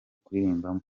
kuririmbamo